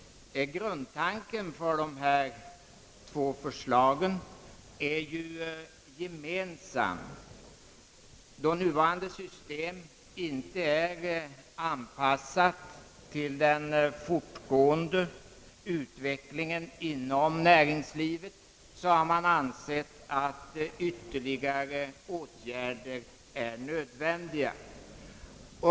Grundtanken för dessa två förslag är ju gemensam. Eftersom nuvarande system inte är anpassat till den fortgående utvecklingen inom «näringslivet, har man ansett att ytterligare åtgärder är nödvändiga.